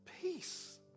peace